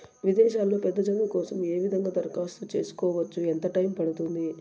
విదేశాల్లో పెద్ద చదువు కోసం ఏ విధంగా దరఖాస్తు సేసుకోవచ్చు? ఎంత టైము పడుతుంది?